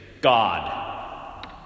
God